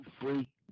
free